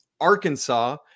Arkansas